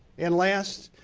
and last,